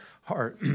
heart